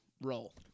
roll